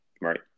Right